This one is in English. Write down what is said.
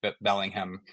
Bellingham